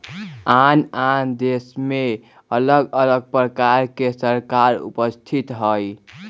आन आन देशमें अलग अलग प्रकार के सरकार उपस्थित हइ